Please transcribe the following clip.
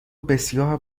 بسیار